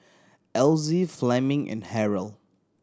Elzie Fleming and Harold